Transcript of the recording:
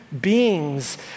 beings